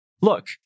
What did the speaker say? Look